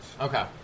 Okay